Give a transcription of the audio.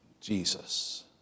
Jesus